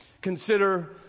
consider